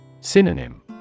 Synonym